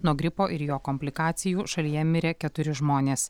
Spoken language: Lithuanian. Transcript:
nuo gripo ir jo komplikacijų šalyje mirė keturi žmonės